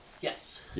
Yes